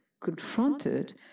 confronted